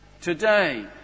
Today